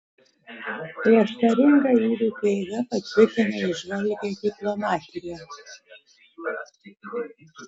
prieštaringa įvykių eiga patvirtina įžvalgią diplomatiją